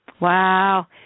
Wow